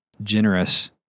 generous